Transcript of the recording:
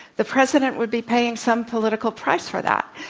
the president would be saying some political price for that.